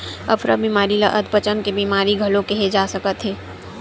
अफरा बेमारी ल अधपचन के बेमारी घलो केहे जा सकत हे